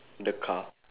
the car